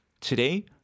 Today